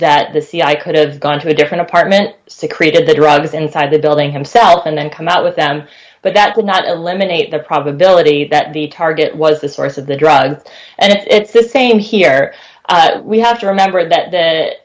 that the cia could have gone to a different apartment secreted the drugs inside the building himself and then come out with them but that would not eliminate the probability that the target was the source of the drug and it's the same here we have to remember that th